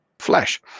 flesh